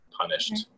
punished